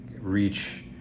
Reach